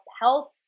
health